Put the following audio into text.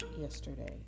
yesterday